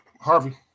Harvey